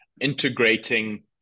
integrating